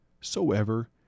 soever